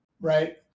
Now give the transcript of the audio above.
Right